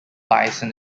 bison